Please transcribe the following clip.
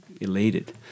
elated